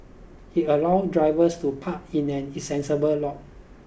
it allow drivers to park in an insensible lot